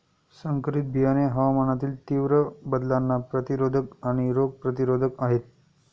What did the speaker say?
संकरित बियाणे हवामानातील तीव्र बदलांना प्रतिरोधक आणि रोग प्रतिरोधक आहेत